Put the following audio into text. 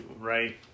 right